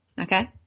Okay